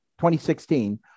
2016